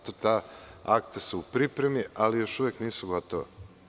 Ta akta su u pripremi, ali još uvek nisu gotovi.